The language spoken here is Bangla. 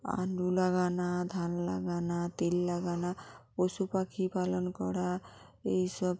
আলু লাগানো ধান লাগানা তেল লাগানো পশু পাখি পালন করা এই সব